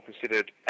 considered